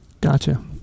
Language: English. Gotcha